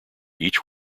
each